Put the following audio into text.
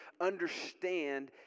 understand